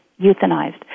euthanized